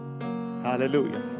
hallelujah